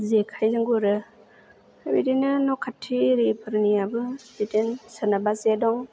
जेखाइजों गुरो बेबायदिनो न' खाथि एरिफोरनियाबो बिदिनो सोरनाबा जे दं